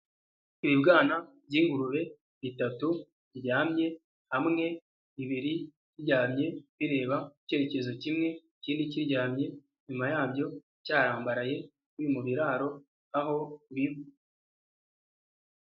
Ibibwana byingurube bitatu biryamye hamwe, bibiri biryamye bireba ikerekezo kimwe cyari kiryamye inyuma yabyo kirambaraye mu biraro aho biri.